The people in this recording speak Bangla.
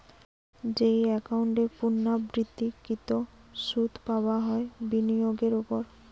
যেই একাউন্ট এ পূর্ণ্যাবৃত্তকৃত সুধ পাবা হয় বিনিয়োগের ওপর